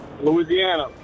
Louisiana